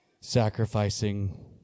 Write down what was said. sacrificing